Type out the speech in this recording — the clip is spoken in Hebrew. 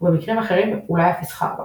ובמקרים אחרים אולי אף יסחר בה.